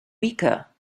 weaker